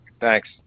Thanks